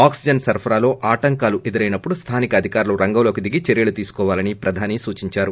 oxygen సరఫరాలో ఆటంకాలు ఎదురైనప్పుడు స్థానిక అధికారులు రంగంలోకి దిగి చర్యలు తీసుకోవాలని ప్రధాని సూచించారు